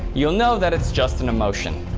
you'll know that it's just an emotion.